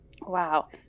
Wow